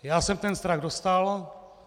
Já jsem ten strach dostal.